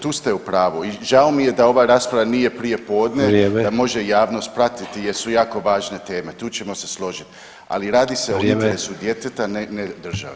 Tu ste u pravu i žao mi je da ova rasprava nije prije podne da [[Upadica: Vrijeme.]] može javnost pratiti jer su jako važne teme, tu ćemo se složiti, ali radi se o interesu djeteta [[Upadica: Vrijeme.]] ne države.